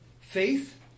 faith